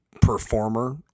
performer